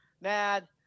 mad